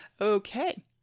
Okay